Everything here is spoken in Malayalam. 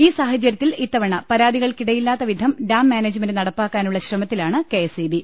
ഇൌ സാഹചര്യത്തിൽ ഇത്തവണ പരാതികൾക്കിട്ടയില്ലാത്ത വിധം ഡാം മാനേജ്മെൻറ് നടപ്പാക്കാനുള്ള ശ്രമത്തിലാണ് കെഎസ്ഇബി